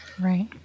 Right